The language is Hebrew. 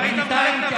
בינתיים,